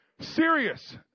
serious